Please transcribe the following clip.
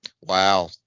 Wow